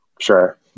sure